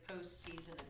postseason